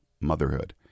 motherhood